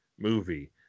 movie